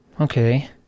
Okay